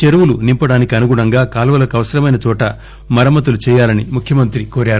చెరువులు నింపడానికి అనుగుణంగా కాల్వలకు అవసరమైన చోట మరమ్మతులు చేయాలని ముఖ్వమంత్రి కోరారు